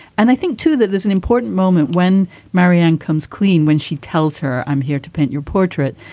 and i think, too, that there's an important moment when marianne comes clean, when she tells her. i'm here to paint your portrait.